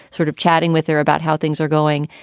sort of chatting with her about how things are going.